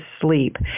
sleep